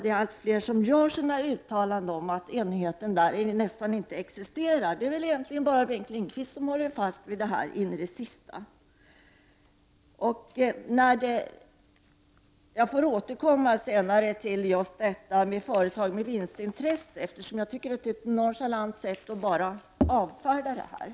Det är allt fler som gör uttalanden om att enigheten nästan inte existerar. Det är egentligen bara Bengt Lindqvist som håller fast vid detta in i det sista. Jag får återkomma senare till just detta om företag med vinstintresse, eftersom det är nonchalant att bara avfärda den frågan.